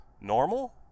normal